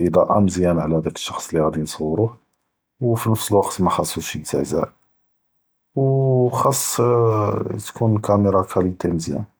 אלאד’ואה מזיאנה אלשחס לי ג’אדי נסורוה, ו פי נאפס אלוווקט מח’אסוש יתזעזעז, ו ח’אס תיכון אלקאמרא כאליתי מזיאנה.